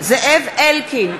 זאב אלקין,